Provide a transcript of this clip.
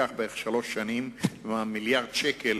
זה ייקח בערך שלוש שנים, כלומר מיליארד השקלים